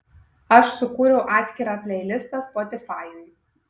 aš sukūriau atskirą pleilistą spotifajuj